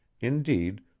indeed